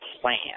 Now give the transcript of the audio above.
plan